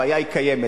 הבעיה קיימת.